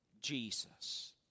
Jesus